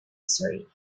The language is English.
stories